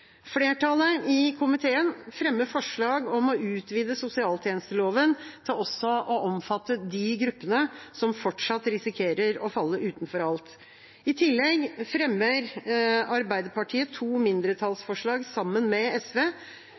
Flertallet i komiteen fremmer forslag om å utvide sosialtjenesteloven til å omfatte også de gruppene som fortsatt risikerer å falle utenfor alt. I tillegg fremmer Arbeiderpartiet to mindretallsforslag sammen med SV.